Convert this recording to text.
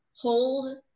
hold